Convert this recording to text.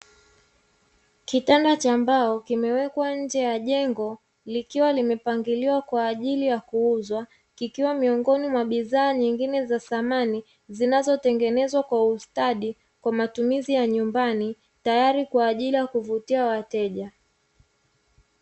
Kitanda cha mbao kimewekwa nje ya jengo likiwa limepangiliwa kwa ajili ya kuuzwa kikiwa miongoni mwa bidhaa nyingine za samani zinazotengenezwa kwa ustadi kwa matumizi ya nyumbani tayari kwa ajili ya kuvutia wateja.